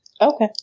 Okay